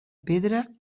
pedra